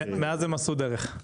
מאז הם עשו דרך.